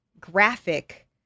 graphic